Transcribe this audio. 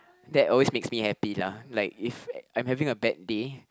that always makes me happy lah like if I'm having a bad day